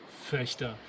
fechter